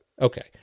Okay